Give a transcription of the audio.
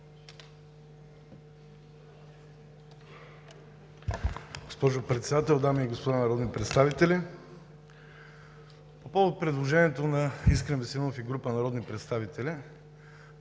госпожо Председател, дами и господа народни представители! По предложението на Искрен Веселинов и група народни представители